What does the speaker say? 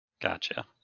Gotcha